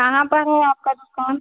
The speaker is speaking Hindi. कहाँ पर है आपकी दुकान